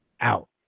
out